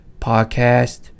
podcast